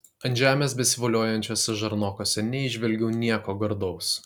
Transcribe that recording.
ant žemės besivoliojančiuose žarnokuose neįžvelgiau nieko gardaus